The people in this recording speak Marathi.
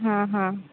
हां हां